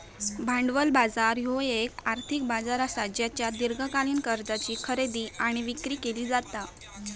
भांडवल बाजार ह्यो येक आर्थिक बाजार असा ज्येच्यात दीर्घकालीन कर्जाची खरेदी आणि विक्री केली जाता